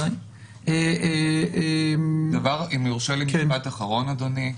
אם יורשה לי משפשט אחרון, אדוני.